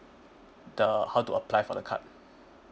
the uh how to apply for the card